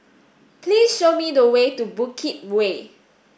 please show me the way to Bukit Way